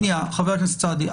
שנייה, חבר הכנסת סעדי.